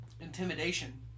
intimidation